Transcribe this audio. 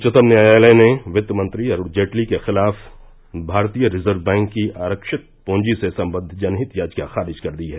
उच्चतम न्यायलय ने वित्तमंत्री अरूण जेटली के खिलाफ भारतीय रिजर्व बैंक की आरक्षित प्रंजी से सम्बद्ध जनहित याचिका खारिज कर दी है